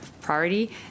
priority